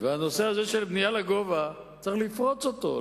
הנושא הזה, של בנייה לגובה, צריך לפרוץ אותו.